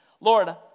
Lord